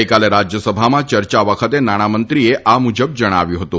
ગઈકાલે રાજ્યસભામાં ચર્ચા વખતે નાણાંમંત્રીએ આ મુજબ જણાવ્યું હતું